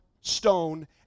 stone